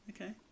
okay